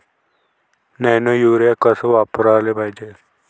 Nano urea कस वापराले पायजे?